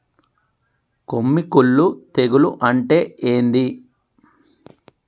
కొమ్మి కుల్లు తెగులు అంటే ఏంది?